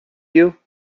you